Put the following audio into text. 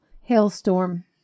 hailstorm